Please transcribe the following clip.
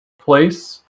place